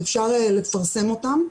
כך שאפשר לפרסם אותם.